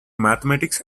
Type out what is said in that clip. mathematics